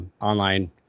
online